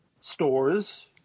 stores